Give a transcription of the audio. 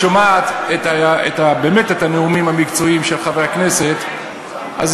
אם היית שומעת באמת את הנאומים המקצועיים של חברי הכנסת אז